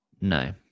No